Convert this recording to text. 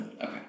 Okay